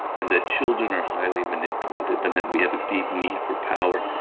and that children are highly manipulative and that we have a deep need for power,